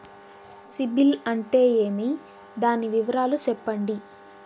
సిబిల్ అంటే ఏమి? దాని వివరాలు సెప్పండి?